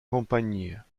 compagnia